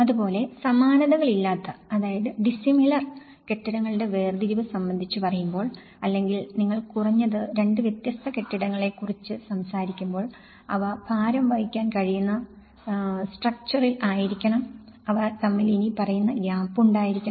അതുപോലെ സമാനതകളില്ലാത്ത കെട്ടിടങ്ങളുടെ വേർതിരിവ് സംബന്ധിച്ചു പറയുമ്പോൾ അല്ലെങ്കിൽ നിങ്ങൾ കുറഞ്ഞത് രണ്ട് വ്യത്യസ്ത കെട്ടിടങ്ങളെ കുറിച്ച് സംസാരിക്കുമ്പോൾ അവ ഭാരം വഹിക്കാൻ കഴിയുന്ന സ്ട്രക്ച്ചറിൽ ആയിരിക്കണം അവ തമ്മിൽ ഇനി പറയുന്ന ഗാപ് ഉണ്ടായിരിക്കണം